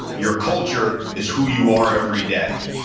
your culture is who you are every day.